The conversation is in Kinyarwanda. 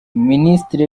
minisiteri